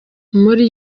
muri